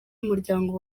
umuryango